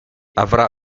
avrà